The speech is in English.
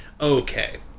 okay